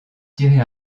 tirer